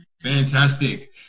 Fantastic